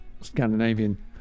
Scandinavian